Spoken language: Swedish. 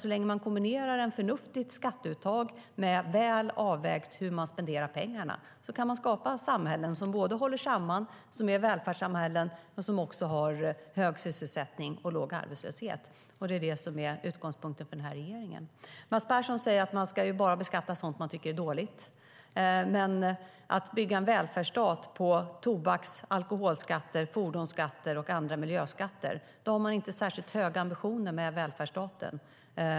Så länge man kombinerar ett förnuftigt skatteuttag med ett väl avvägt sätt att spendera pengarna kan man skapa samhällen som håller samman och välfärdssamhällen som har hög sysselsättning och låg arbetslöshet. Det är det som är utgångspunkten för den här regeringen. Mats Persson säger att man bara ska beskatta sådant man tycker är dåligt. Men om man bygger en välfärdsstat på tobaks och alkoholskatter, fordonsskatter och miljöskatter har man inte särskilt höga ambitioner med välfärdsstaten.